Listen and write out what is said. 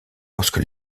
lorsque